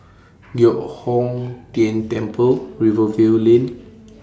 Giok Hong Tian Temple Rivervale Lane